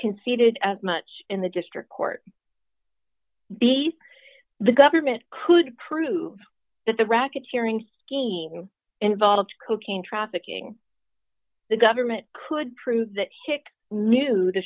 conceded much in the district court be the government could prove that the racketeering scheme involved cocaine trafficking the government could prove that hc knew the